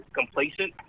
complacent